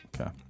Okay